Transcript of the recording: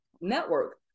network